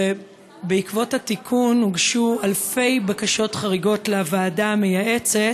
ובעקבות התיקון הוגשו אלפי בקשות חריגות לוועדה המייעצת.